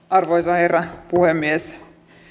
arvoisa herra puhemies